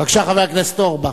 בבקשה, חבר הכנסת אורבך.